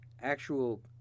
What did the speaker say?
Actual